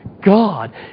God